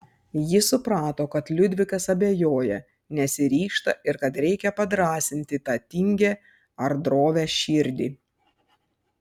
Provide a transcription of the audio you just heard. ji suprato kad liudvikas abejoja nesiryžta ir kad reikia padrąsinti tą tingią ar drovią širdį